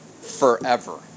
forever